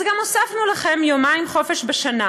אז גם הוספנו לכם יומיים חופשה בשנה.